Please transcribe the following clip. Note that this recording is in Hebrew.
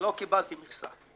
שלא קיבלתי מכסה.